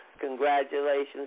congratulations